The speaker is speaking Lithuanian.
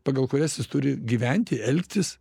pagal kurias jis turi gyventi elgtis